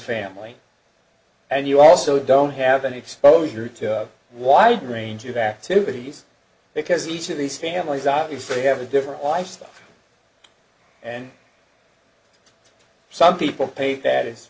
family and you also don't have any exposure to a wide range of activities because each of these families obviously have a different lifestyle and some people pay that